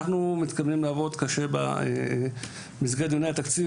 אנחנו מתכוונים לעבוד קשה במסגרת דיוני התקציב,